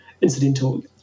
incidental